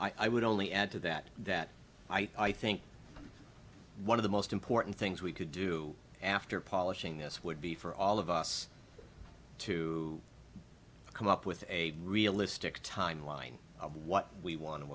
again i would only add to that that i think one of the most important things we could do after polishing this would be for all of us too come up with a realistic timeline of what we want to